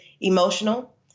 emotional